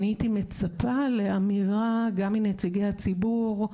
אני הייתי מצפה לאמירה גם מנציגי הציבור,